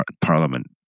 parliament